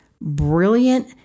brilliant